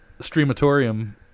streamatorium